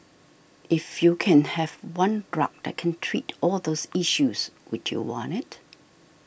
if you can have one drug that can treat all those issues would you want it